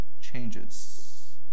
changes